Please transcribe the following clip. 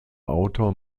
autor